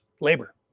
Labor